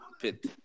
pit